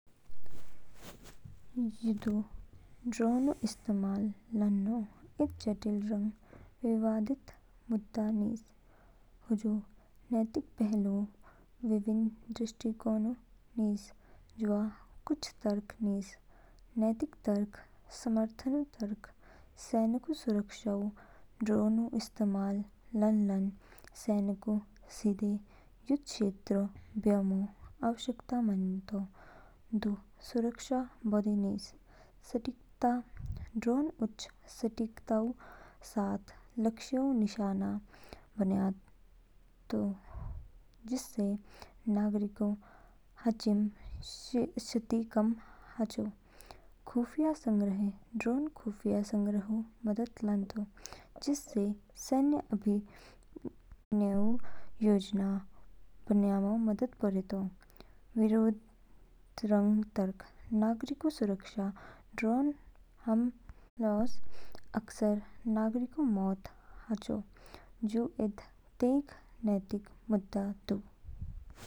युद्धऊ ड्रोनऊ इस्तेमाल लानो इद जटिल रंग विवादित मुद्दा निज। हजू नैतिक पहलुओंऊ विभिन्न दृष्टिकोण निज। जवा कुछ तर्क निज, नैतिक तर्क, समर्थनऊ तर्क। सैनिकोंऊ सुरक्षाऊ ड्रोनऊ इस्तेमाल लानलान, सैनिकोंऊ सीधे युद्ध क्षेत्रऊ ब्योम आवश्यकता मानितो, दू सुरक्षा बोदी निज। सटीकता ड्रोन उच्च सटीकताऊ साथ लक्ष्योंऊ निशाना बन्या नितो, जिससे नागरिकोंऊ हाचिम क्षति कम हाचो। खुफिया संग्रह ड्रोन खुफिया संग्रहऊ मदद लानतो, जिससे सैन्य अभियानोंऊ योजना बन्यायो मदद परेतो। विरोध रंग तर्क, नागरिकोंऊ सुरक्षा ड्रोन हमलोंऊ अक्सर नागरिकों मौतें हाचो, जू इद तेग नैतिक मुद्दा दू।